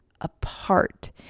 apart